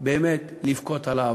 באו לבכות על העבר,